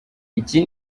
iki